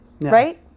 Right